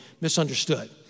misunderstood